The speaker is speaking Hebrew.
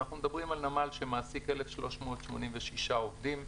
אנחנו מדברים על נמל שמעסיק 1,386 עובדים,